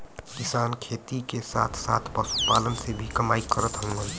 किसान खेती के साथ साथ पशुपालन से भी कमाई करत हउवन